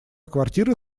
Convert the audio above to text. квартира